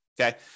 Okay